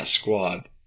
squad